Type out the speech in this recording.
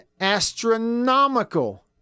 astronomical